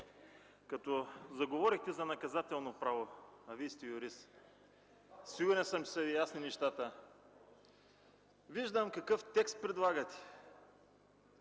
Като заговорихте за наказателно право, а Вие сте юрист, сигурен съм, че са Ви ясни нещата. Виждам какъв текст предлагате